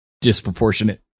disproportionate